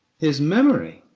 his memory,